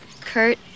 Kurt